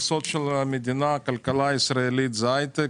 הכלכלה הישראלית זה הייטק,